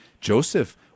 Joseph